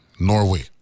Norway